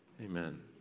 amen